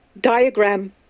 Diagram